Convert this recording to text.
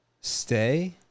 Stay